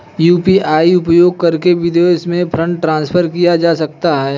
UPI का उपयोग करके विदेशों में फंड ट्रांसफर किया जा सकता है?